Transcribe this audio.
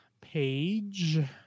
page